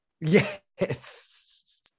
yes